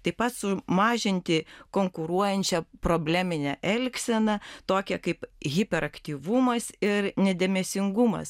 taip pat sumažinti konkuruojančią probleminę elgseną tokią kaip hiperaktyvumas ir nedėmesingumas